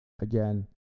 again